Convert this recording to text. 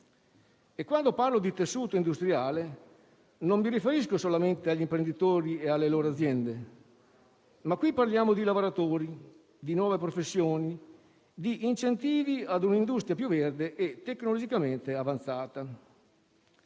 Quando parlo di tessuto industriale, non mi riferisco solamente agli imprenditori e alle loro aziende; qui parliamo di lavoratori, di nuove professioni, di incentivi ad un'industria più verde e tecnologicamente avanzata.